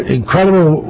incredible